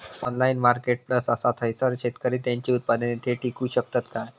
Online marketplace असा थयसर शेतकरी त्यांची उत्पादने थेट इकू शकतत काय?